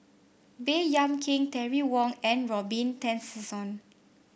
Baey Yam Keng Terry Wong and Robin Tessensohn